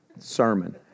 sermon